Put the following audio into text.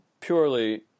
purely